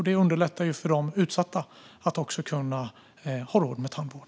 Det underlättar för de utsatta att också ha råd med tandvård.